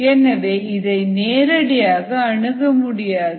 எனவே இதை நேரடியாக அணுக முடியாது